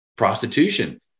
prostitution